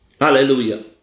Hallelujah